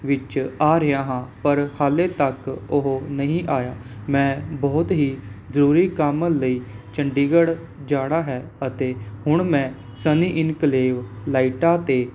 ਵਿਚ ਆ ਰਿਹਾ ਹਾਂ ਪਰ ਹਾਲੇ ਤੱਕ ਉਹ ਨਹੀਂ ਆਇਆ ਮੈਂ ਬਹੁਤ ਹੀ ਜ਼ਰੂਰੀ ਕੰਮ ਲਈ ਚੰਡੀਗੜ੍ਹ ਜਾਣਾ ਹੈ ਅਤੇ ਹੁਣ ਮੈਂ ਸਨੀ ਇੰਨਕਲੇਵ ਲਾਈਟਾਂ 'ਤੇ